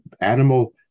animal